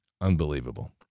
unbelievable